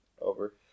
over